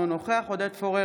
אינו נוכח עודד פורר,